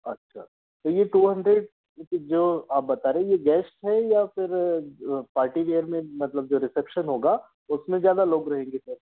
अच्छा ठीक है टू हंड्रेड ये तो जो आप बता रहे ये गेस्ट हैं या फिर पार्टी वियर में मतलब जो रिसेप्शन होगा उसमें ज़्यादा लोग रहेंगे फिर